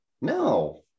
No